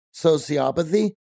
sociopathy